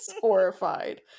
horrified